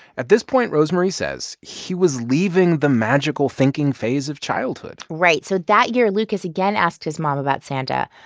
at this point, rosemarie says he was leaving the magical thinking phase of childhood right. so that year, lucas again asked his mom about santa,